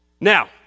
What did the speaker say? Now